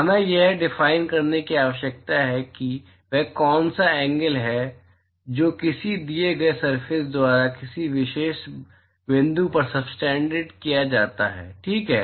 हमें यह डिफाइन करने की आवश्यकता है कि वह कौन सा एंगल है जो किसी दिए गए सरफेस द्वारा किसी विशेष बिंदु पर सबटेन्डेड किया जाता है ठीक है